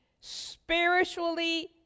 spiritually